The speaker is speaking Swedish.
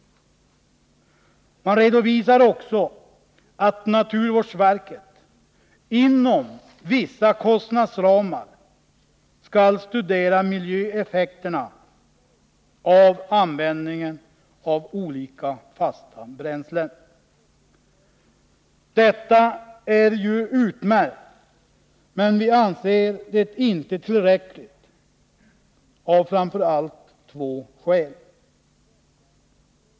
Utskottet redovisar också att naturvårdsverket inom vissa kostnadsramar skall studera miljöeffekterna av användningen av olika fasta bränslen. Detta är ju i och för sig utmärkt, men vi anser det inte tillräckligt, av framför allt två skäl.